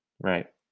right